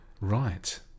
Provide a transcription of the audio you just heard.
right